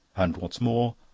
and what's more,